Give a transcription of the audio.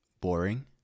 boring